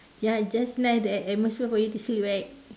ya just nice the atmosphere for you to sleep right